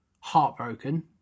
heartbroken